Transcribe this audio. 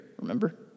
remember